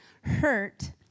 hurt